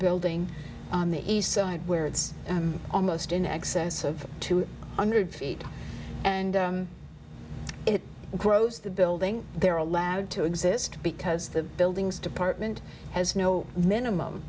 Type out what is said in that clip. building on the east side where it's almost in excess of two hundred feet and it grows the building they're allowed to exist because the buildings department has no minimum